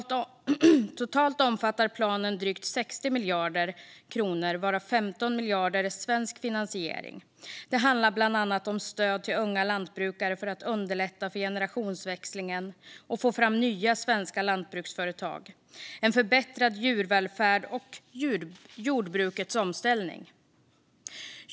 Totalt omfattar planen drygt 60 miljarder kronor, varav 15 miljarder kronor är svensk finansiering. Det handlar bland annat om stöd till unga lantbrukare för att underlätta för generationsväxlingen och få fram nya svenska lantbruksföretag, om en förbättrad djurvälfärd och om jordbrukets omställning.